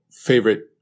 favorite